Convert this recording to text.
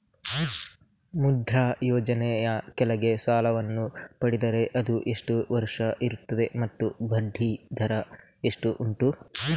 ಮುದ್ರಾ ಯೋಜನೆ ಯ ಕೆಳಗೆ ಸಾಲ ವನ್ನು ಪಡೆದರೆ ಅದು ಎಷ್ಟು ವರುಷ ಇರುತ್ತದೆ ಮತ್ತು ಬಡ್ಡಿ ದರ ಎಷ್ಟು ಉಂಟು?